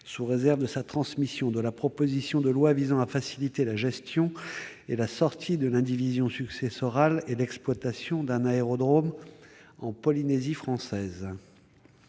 sous réserve de sa transmission, de la proposition de loi visant à faciliter la gestion et la sortie de l'indivision successorale et l'exploitation d'un aérodrome en Polynésie française,